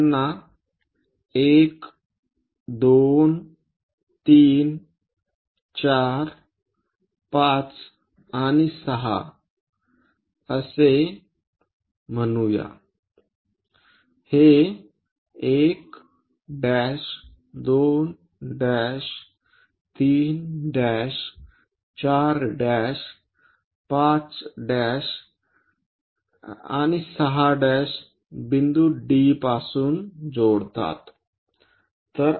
त्यांना 1 2 3 4 5 आणि 6 असे म्हणू या हे 1 2 3 4 5 आणि 6 बिंदू D पासून जोडतात